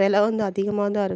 வெலை வந்து அதிகமாக தான் இருக்குது